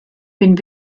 bin